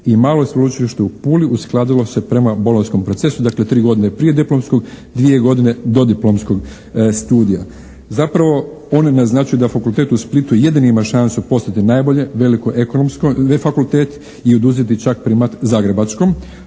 i malo sveučilište u Puli, uskladilo se prema Bolonjskom procesu. Dakle, 3 godine prije diplomskog, 2 godine dodiplomskog studija. Zapravo one naznačuju da fakultet u Splitu jedini ima šansu postati najbolje veliko ekonomsko ne fakultet i oduzeti čak primat zagrebačkom,